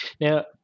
Now